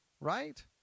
right